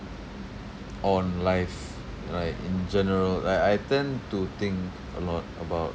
on life like in general like I tend to think a lot about